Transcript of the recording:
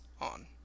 on